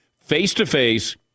face-to-face